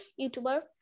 YouTuber